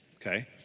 Okay